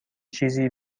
چیزی